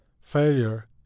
Failure